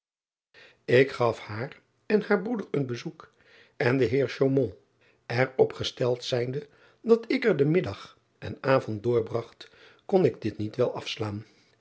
k gaf haar en haar broeder een bezoek en de eer er op gesteld zijnde dat ik er den middag en avond doorbragt kon ik dit niet wel afslaan